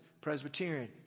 Presbyterian